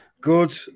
good